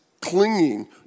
clinging